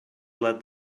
led